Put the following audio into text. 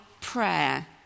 prayer